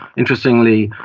interestingly,